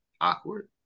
awkward